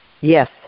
Yes